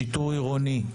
שיטור עירוני,